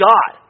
God